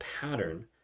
pattern